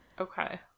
Okay